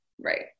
Right